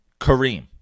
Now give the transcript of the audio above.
Kareem